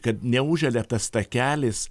kad neužželia tas takelis